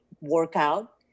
workout